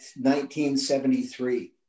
1973